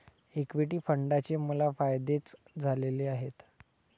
equity फंडाचे मला फायदेच झालेले आहेत